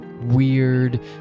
weird